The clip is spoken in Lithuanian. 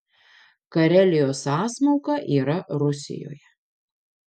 karelijos sąsmauka yra rusijoje